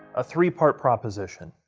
a three-part proposition.